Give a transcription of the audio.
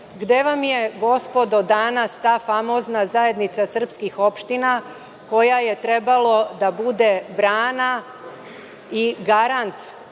Gde vam je, gospodo, danas ta famozna zajednica srpskih opština, koja je trebala da bude brana i garant